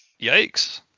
Yikes